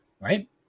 right